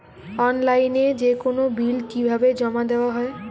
অনলাইনে যেকোনো বিল কিভাবে জমা দেওয়া হয়?